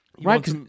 right